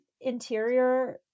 interior